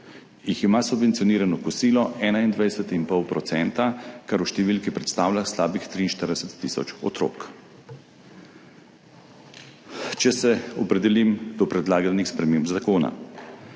jih ima subvencionirano kosilo 21,5 %, kar v številki predstavlja slabih 43 tisoč otrok. Če se opredelim do predlaganih sprememb zakona.